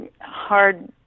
hard